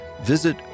visit